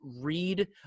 read